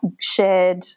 shared